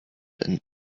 and